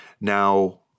Now